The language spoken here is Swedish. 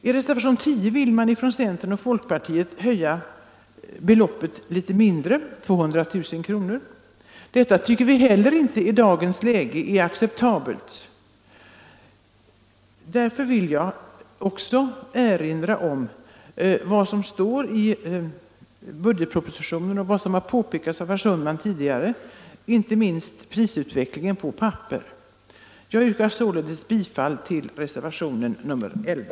I reservationen 10 vill centern och folkpartiet höja beloppet med 200 000 kr. Detta anser vi inte heller vara acceptabelt i dagens läge, särskilt med hänsyn till prisutvecklingen när det gäller papper, något som framhållits även i budgetpropositionen och påpekats av herr Sundman. Jag yrkar således bifall till reservationen 11.